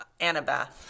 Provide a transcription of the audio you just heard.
Annabeth